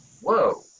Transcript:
whoa